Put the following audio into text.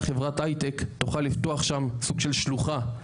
חברת הייטק תוכל לפתוח שם סוג של שלוחה,